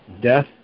Death